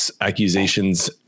accusations